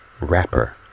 rapper